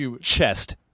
Chest